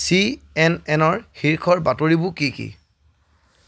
C N N ৰ শীৰ্ষৰ বাতৰিবোৰ কি কি